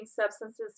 substances